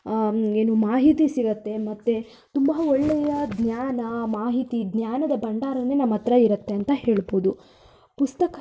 ಏನು ಮಾಹಿತಿ ಸಿಗತ್ತೆ ಮತ್ತು ತುಂಬ ಒಳ್ಳೆಯ ಜ್ಞಾನ ಮಾಹಿತಿ ಜ್ಞಾನದ ಭಂಡಾರಾನೇ ನಮ್ಮ ಹತ್ರ ಇರತ್ತೆ ಅಂತ ಹೇಳ್ಬೌದು ಪುಸ್ತಕ